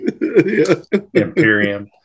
Imperium